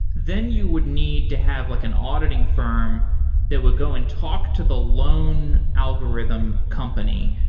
then you would need to have like an auditing firm that would go and talk to the loan algorithm company,